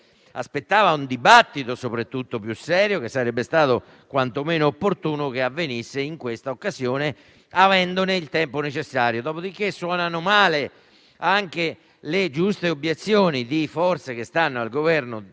soprattutto un dibattito più serio, che sarebbe stato quantomeno opportuno avvenisse in questa occasione, avendone il tempo necessario. Dopodiché, suonano male anche le giuste obiezioni di forze che stanno al Governo